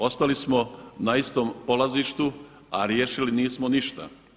Ostali smo na istom polazištu, a riješili nismo ništa.